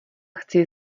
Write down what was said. chci